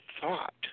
thought